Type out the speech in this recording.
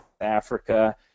Africa